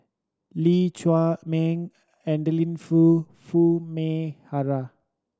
Lee Chiaw Meng Adeline Foo Foo Mee Har